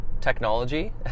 technology